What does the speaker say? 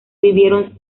vivieron